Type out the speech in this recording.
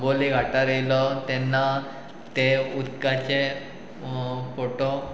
आंबोली घठार येयलो तेन्ना ते उदकाचे फोटो